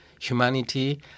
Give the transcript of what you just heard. humanity